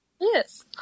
Yes